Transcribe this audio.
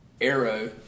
arrow